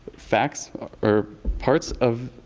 facts or parts of